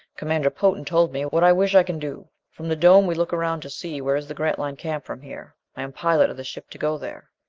commander potan told me, what i wish i can do. from the dome we look around to see where is the grantline camp from here. i am pilot of this ship to go there.